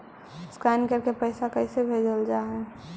Scan करके पैसा कैसे भेजल जा हइ?